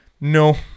No